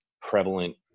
prevalent